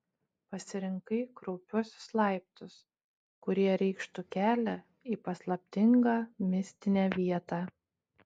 pasirinkai kraupiuosius laiptus kurie reikštų kelią į paslaptingą mistinę vietą